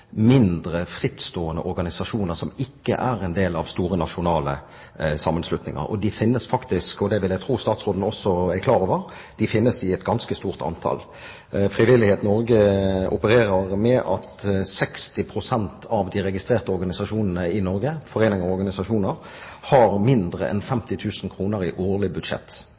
mindre, frittstående organisasjoner som ikke er en del av store, nasjonale sammenslutninger. De finnes faktisk, og, som jeg vil jeg tro statsråden er klar over, de finnes i et ganske stort antall. Frivillighet Norge opererer med at 60 pst. av de registrerte organisasjonene i Norge – foreninger og organisasjoner – har mindre enn 50 000 kr i årlig budsjett.